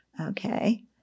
Okay